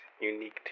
unique